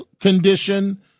condition